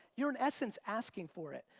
you're in essence asking for it.